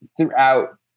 throughout